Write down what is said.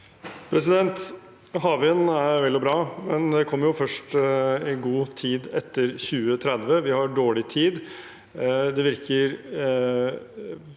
Havvind er vel og bra, men det kommer først i god tid etter 2030. Vi har dårlig tid.